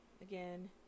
again